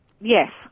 Yes